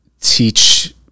teach